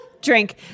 drink